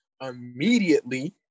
immediately